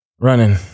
Running